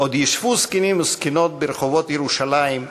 "עוד ישבו זקנים וזקנות ברחֹבות ירושלם",